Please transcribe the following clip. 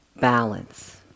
balance